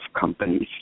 companies